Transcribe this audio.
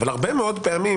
אבל הרבה מאוד פעמים